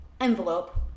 envelope